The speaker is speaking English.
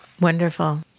Wonderful